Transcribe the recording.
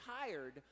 tired